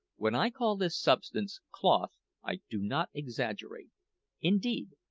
when i call this substance cloth i do not exaggerate indeed,